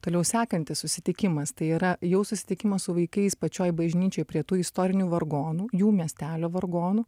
toliau sekantis susitikimas tai yra jau susitikimas su vaikais pačioj bažnyčioj prie tų istorinių vargonų jų miestelio vargonų